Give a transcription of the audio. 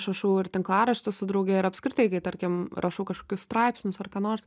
aš rašau ir tinklaraštį su drauge ir apskritai kai tarkim rašau kažkokius straipsnius ar ką nors